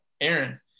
Aaron